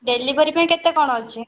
deliver ପାଇଁ କେତେ କଣ ଅଛି